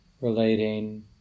relating